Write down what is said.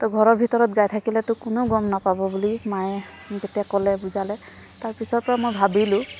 তই ঘৰৰ ভিতৰত গাই থাকিলেতো কোনেও গম নাপাব বুলি মায়ে তেতিয়া ক'লে বুজালে তাৰপিছৰ পৰা মই ভাবিলোঁ